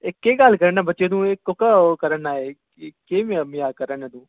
एह् केह् गल्ल कराना बच्चे तूं एह् कोह्का कराना केह् केह् मज़ाक कराना तू